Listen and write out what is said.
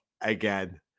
again